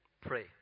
pray